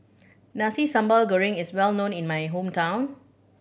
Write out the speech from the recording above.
Nasi Sambal Goreng is well known in my hometown